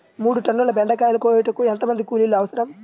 మూడు టన్నుల బెండకాయలు కోయుటకు ఎంత మంది కూలీలు అవసరం?